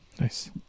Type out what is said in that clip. Nice